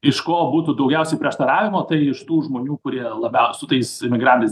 iš ko būtų daugiausiai prieštaravimo tai iš tų žmonių kurie labiau su tais imigrantais